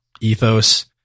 ethos